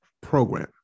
program